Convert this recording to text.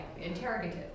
interrogative